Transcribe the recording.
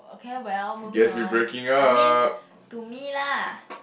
K well moving on I mean to me lah